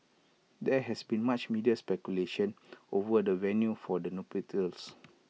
there has been much media speculation over the venue for the nuptials